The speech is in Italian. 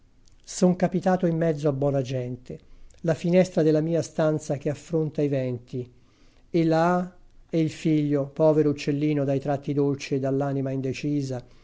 son capitato in mezzo a bona gente la finestra della mia stanza che affronta i venti e la e il figlio povero uccellino dai tratti dolci e dall'anima indecisa